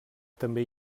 també